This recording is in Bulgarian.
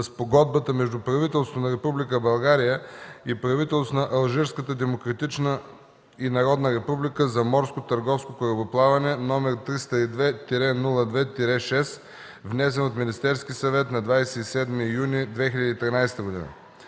Спогодбата между правителството на Република България и правителството на Алжирската демократична и народна република за морско търговско корабоплаване, № 302-02-6, внесен от Министерски съвет на 27 юни 2013 г.